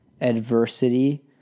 adversity